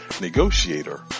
negotiator